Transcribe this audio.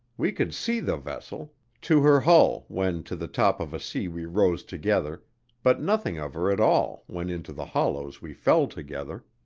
we could see the vessel to her hull, when to the top of a sea we rose together but nothing of her at all when into the hollows we fell together.